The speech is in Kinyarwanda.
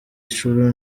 nshuro